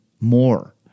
more